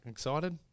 Excited